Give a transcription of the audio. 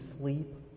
sleep